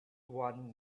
one